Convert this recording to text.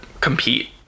compete